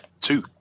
two